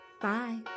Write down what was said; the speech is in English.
Bye